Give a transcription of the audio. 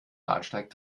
bahnsteig